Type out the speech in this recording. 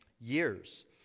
years